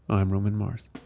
i'm roman mars.